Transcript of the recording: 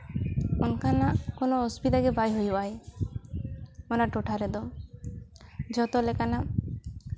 ᱚᱱᱠᱟᱱᱟᱜ ᱠᱳᱱᱳ ᱚᱥᱩᱵᱤᱫᱷᱟ ᱜᱮ ᱵᱟᱭ ᱦᱩᱭᱩᱜ ᱟᱭ ᱚᱱᱟ ᱴᱚᱴᱷᱟ ᱨᱮᱫᱚ ᱡᱚᱛᱚ ᱞᱮᱠᱟᱱᱟᱜ